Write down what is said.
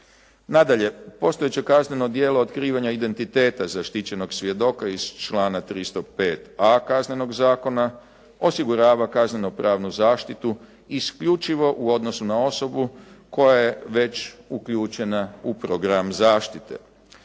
Nadalje, postojeće kazneno djelo otkrivanja identiteta zaštićenog svjedoka iz člana 305.a Kaznenog zakona osigurava kaznenopravnu zaštitu isključivo u odnosu na osobu koja je već uključena u program zaštite.